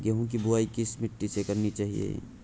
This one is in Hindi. गेहूँ की बुवाई किस मिट्टी में करनी चाहिए?